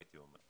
הייתי אומר.